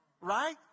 right